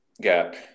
gap